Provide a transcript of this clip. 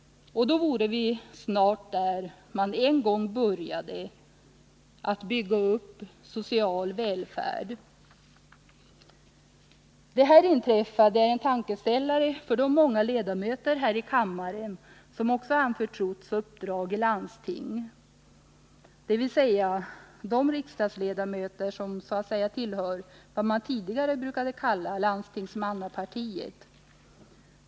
Och då vore vi snart tillbaka där vi var när vi en gång började att bygga upp social välfärd. Det inträffade är en tankeställare för de många ledamöter här i kammaren som också har anförtrotts uppdrag i landsting, dvs. de riksdagsledamöter som tillhör vad man tidigare brukade kalla landstingsmannapartiet.